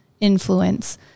influence